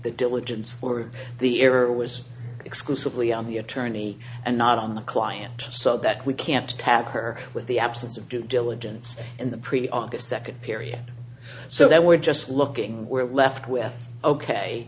the diligence or the error was exclusively on the attorney and not on the client so that we can't have her with the absence of due diligence in the previous august second period so that we're just looking we're left with ok